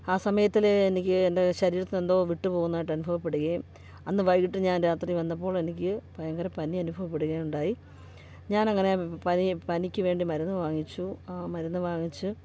ആ സമയത്തിൽ എനിക്ക് എൻ്റെ ശരീരത്തിന്ന് എന്തോ വിട്ട് പോകുന്നതായിട്ട് അനുഭവപ്പെടുകയും അന്ന് വൈകീട്ട് ഞാൻ രാത്രി വന്നപ്പോൾ എനിക്ക് ഭയങ്കര പനി അനുഭവപ്പെടുകയുണ്ടായി ഞാൻ അങ്ങനെ പനി പനിക്ക് വേണ്ടി മരുന്ന് വാങ്ങിച്ചു ആ മരുന്ന് വാങ്ങിച്ച്